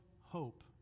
hope